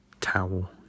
Towel